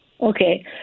Okay